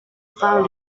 parle